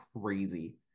crazy